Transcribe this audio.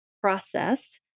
process